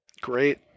Great